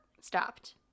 stopped